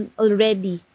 already